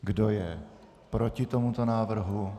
Kdo je proti tomuto návrhu?